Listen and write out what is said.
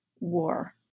War